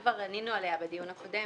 אנחנו כבר ענינו עליה בדיון הקודם